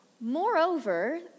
Moreover